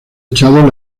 echado